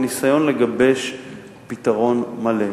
לניסיון לגבש פתרון מלא.